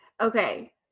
Okay